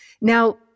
Now